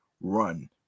Run